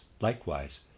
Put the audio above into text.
likewise